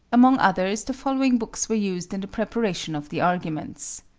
among others, the following books were used in the preparation of the arguments